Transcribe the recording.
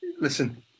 Listen